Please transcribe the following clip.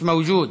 מיש מווג'וד,